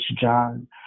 John